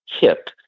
hip